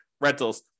rentals